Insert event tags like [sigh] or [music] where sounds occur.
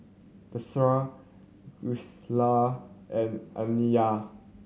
Tressie [unintelligible] and Aniyah